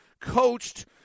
coached